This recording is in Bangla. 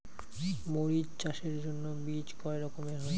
মরিচ চাষের জন্য বীজ কয় রকমের হয়?